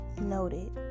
Noted